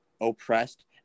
oppressed